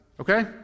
okay